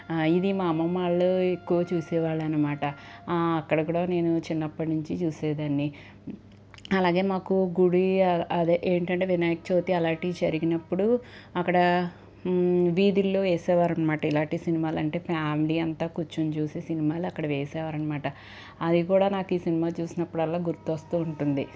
ఇది మా అమ్మమ్మ వాళ్ళు ఎక్కువ చూసేవాళ్ళు అనమాట అక్కడ కూడా నేను చిన్నప్పటి నుంచి చూసేదాన్ని అలాగే మాకు గుడి అదే ఏంటంటే వినాయక చవితి అలాంటివి జరిగినప్పుడు అక్కడ వీధుల్లో వేసేవారు అనమాట ఇలాంటి సినిమాలు అంటే ఫ్యామిలీ అంతా కూర్చుని చూసే సినిమాలు అక్కడ వేసేరన్నమాట అది కూడా నాకు ఈ సినిమా చూసినప్పుడల్లా గుర్తొస్తూ ఉంటుంది